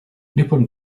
nippon